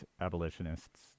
abolitionists